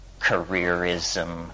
careerism